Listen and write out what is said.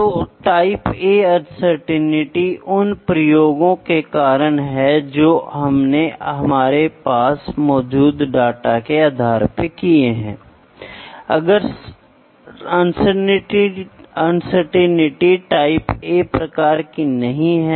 इसलिए यहां आप कोशिश करेंगे कि अनुवाद को मापने की कोशिश करें थर्मोकपल यह एक माध्यमिक डेटा डेटा का सेकेंड्री सिग्नल है और फिर यहां अनुवाद वोल्टमीटर होगा और यहां अंतिम एक टर्नरी डेटा होगा और फिर यह यहाँ प्राप्त करने की कोशिश करेगा